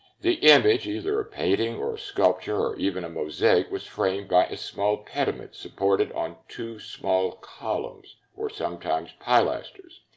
the image, either a painting or a sculpture, or even a mosaic, was framed by a small pediment supported on two small columns or sometimes pilasters.